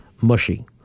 mushy